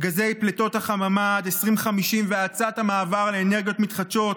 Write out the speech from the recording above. גזי פליטות החממה עד 2050 והאצת המעבר לאנרגיות מתחדשות,